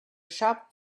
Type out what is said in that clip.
shop